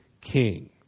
king